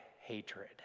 hatred